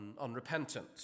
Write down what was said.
unrepentant